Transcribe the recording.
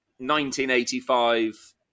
1985